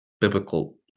biblical